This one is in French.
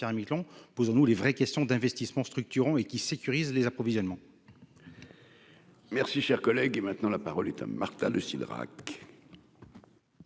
Saint-Pierre-et-Miquelon, posons-nous les vraies questions d'investissements structurants et qui sécurise les approvisionnements. Merci, cher collègue, et maintenant la parole est à Marta de Cidrac.